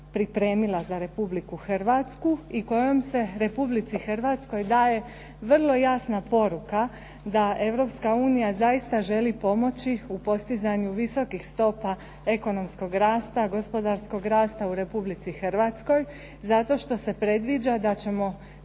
pripremila za Republiku Hrvatsku i kojom se Republici Hrvatskoj daje vrlo jasna poruka da Europska unija zaista želi pomoći u postizanju visokih stopa ekonomskog rasta, gospodarskog rasta u Republici Hrvatskog zato što se predviđa da ćemo